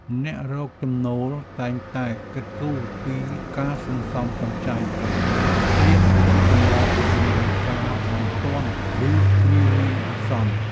អ្នករកចំណូលតែងតែគិតគូរពីការសន្សំសំចៃដើម្បីត្រៀមទុកសម្រាប់តម្រូវការបន្ទាន់ ឬគ្រាមានអាសន្ន។